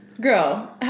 girl